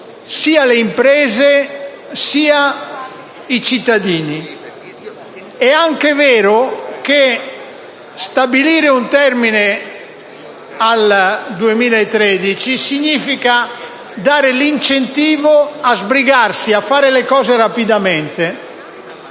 sia le imprese sia i cittadini. È anche vero che stabilire un termine al 2013 significa incentivare a sbrigarsi, a fare le cose rapidamente.